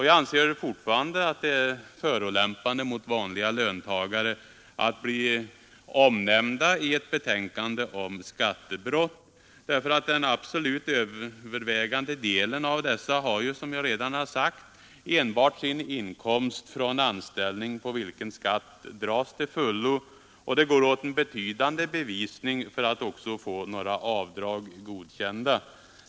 Jag anser fortfarande att det är förolämpande mot vanliga löntagare att de blir omnämnda i ett betänkande angående skattebrott. Den absolut övervägande delen av löntagarna har ju enbart sin inkomst av tjänst, från vilken skatt dras till fullo. Det krävs en betydande bevisning för att man skall få avdrag godkända.